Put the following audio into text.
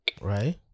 right